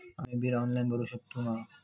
आम्ही bill online भरुक शकतू मा?